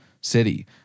city